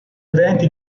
eventi